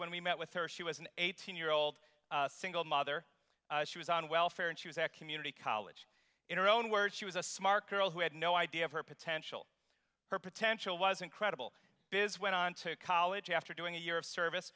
when we met with her she was an eighteen year old single mother she was on welfare and she was at community college in her own words she was a smart girl who had no idea of her potential her potential was incredible biz went on to college after doing a year of service